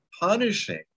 punishing